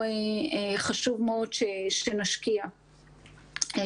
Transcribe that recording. חשוב מאוד שנשקיע שם